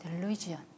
delusion